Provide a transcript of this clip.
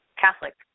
Catholic